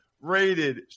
rated